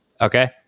Okay